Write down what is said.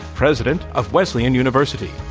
president of wesleyan university.